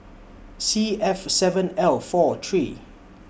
C F seven L four three